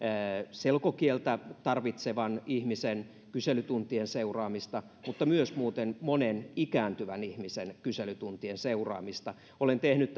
selkokieltä tarvitsevan ihmisen kyselytuntien seuraamista mutta myös monen ikääntyvän ihmisen kyselytuntien seuraamista olen tehnyt